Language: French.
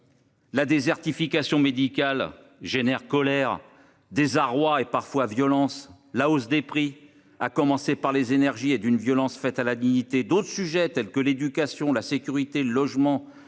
La désertification médicale génère colère désarroi et parfois violence, la hausse des prix, à commencer par les énergies et d'une violence faite à la dignité d'autres sujets tels que l'éducation, la sécurité, le logement,